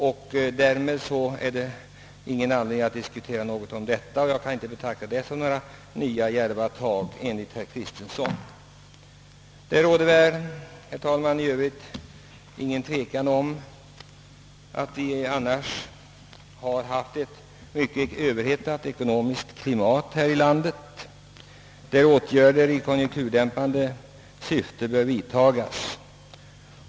Men det finns inte någon anledning att nu ta upp någon diskussion i detta ämne. Jag kan inte betrakta detta som några nya djärva grepp enligt herr Kristensons uppfattning. Jag vill nu återgå till att säga några ord i anledning av regeringens förslag till investeringsavgift för viss byggnation. Det råder väl, herr talman, ingen tvekan om att det har varit ett överhettat ekonomiskt klimat här i landet och att åtgärder i konjunkturdämpande syfte bör vidtas.